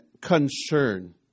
concern